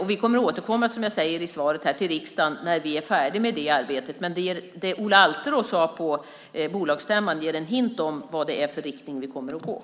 Vi kommer att återkomma i svaret till riksdagen när vi är färdiga med det arbetet. Men det Ola Alterå sade på bolagsstämman ger en hint om vad det är för riktning vi kommer att gå i.